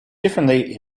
differently